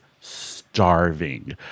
starving